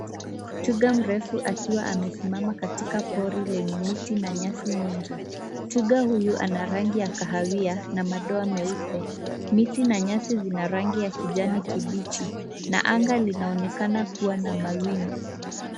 Twiga mrefu akiwa amesimama katika pori lenye miti na nyasi nyingi. Twiga huyu ana rangi ya kahawia na madoa meupe. Miti na nyasi zina rangi ya kijani kibichi na anga linaonekana kuwa na mawingu.